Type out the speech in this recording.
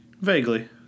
Vaguely